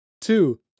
Two